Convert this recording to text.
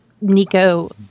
Nico